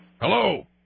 Hello